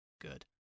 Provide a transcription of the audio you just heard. good